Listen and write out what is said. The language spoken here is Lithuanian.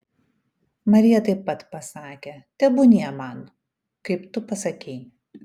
marija taip pat pasakė tebūnie man kaip tu pasakei